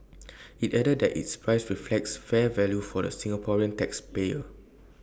IT added that its price reflects fair value for the Singaporean tax payer